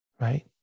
right